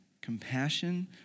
compassion